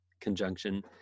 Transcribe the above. conjunction